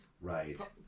Right